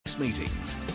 meetings